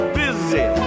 busy